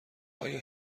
آیا